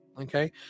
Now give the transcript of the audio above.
okay